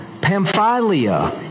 Pamphylia